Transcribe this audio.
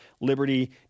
Liberty